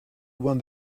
won